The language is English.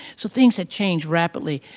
so things had changed rapidly.